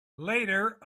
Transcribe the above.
later